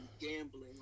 gambling